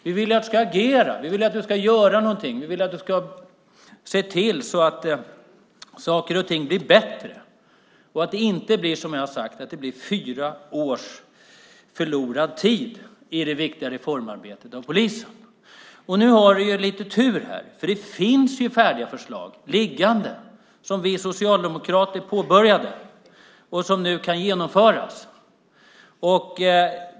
Vi vill att du ska agera, vi vill att du ska göra någonting, och vi vill att du ska se till att saker och ting blir bättre, så att det inte blir som jag har sagt, nämligen fyra års förlorad tid i det viktiga reformarbetet när det gäller polisen. Nu har du lite tur här, eftersom det finns färdiga förslag liggande som vi socialdemokrater påbörjade och som nu kan genomföras.